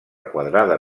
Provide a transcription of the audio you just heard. quadrada